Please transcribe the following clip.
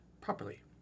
properly